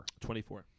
24